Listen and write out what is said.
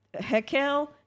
Hekel